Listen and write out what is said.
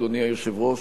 אדוני היושב-ראש,